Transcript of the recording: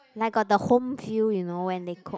like got the home feel you know when they cook